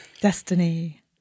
Destiny